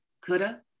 coulda